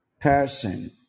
person